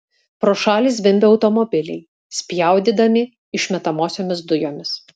pro šalį zvimbė automobiliai spjaudydami išmetamosiomis dujomis